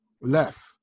left